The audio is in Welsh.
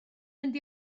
mynd